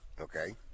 Okay